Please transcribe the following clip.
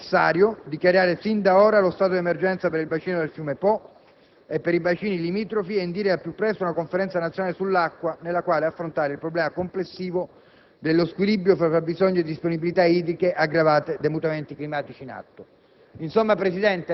È comunque necessario dichiarare sin d'ora lo stato d'emergenza per il bacino del fiume Po e per i bacini limitrofi e indire al più presto una conferenza nazionale sull'acqua nella quale affrontare il problema complessivo dello squilibrio tra fabbisogni e disponibilità idriche aggravato dai mutamenti climatici in atto.